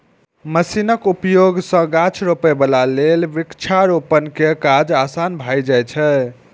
मशीनक उपयोग सं गाछ रोपै बला लेल वृक्षारोपण के काज आसान भए जाइ छै